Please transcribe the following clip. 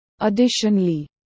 Additionally